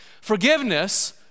Forgiveness